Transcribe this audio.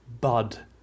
Bud